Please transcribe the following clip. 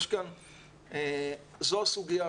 זו הסוגיה,